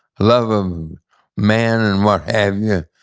love of man and what have you,